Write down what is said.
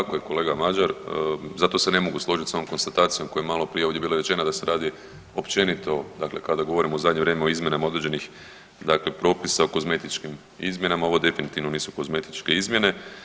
Tako je kolega Mađar, zato se ne mogu složiti s ovom konstatacijom koja je maloprije ovdje bila rečena da se radi općenito dakle kada govorimo u zadnje vrijeme o izmjenama određenih propisa o kozmetičkim izmjenama, ovo definitivno nisu kozmetičke izmjene.